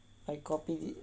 I copied it